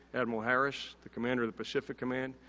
admiral harris, the commander of the pacific command,